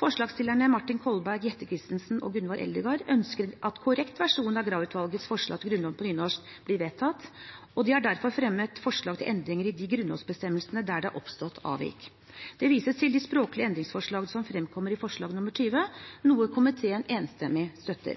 Forslagsstillerne, Martin Kolberg, Jette F. Christensen og Gunvor Eldegard, ønsker at korrekt versjon av Graver-utvalgets forslag til Grunnloven på nynorsk blir vedtatt, og de har derfor fremmet forslag til endringer i de grunnlovsbestemmelsene der det har oppstått avvik. Det vises til de språklige endringsforslagene som fremkommer i forslag nr. 20, noe